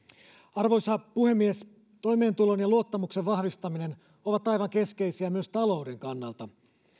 arvoisa puhemies toimeentulon ja luottamuksen vahvistaminen ovat aivan keskeisiä myös talouden kannalta